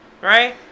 right